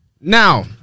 now